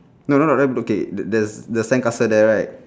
no no no there okay the the the sandcastle there right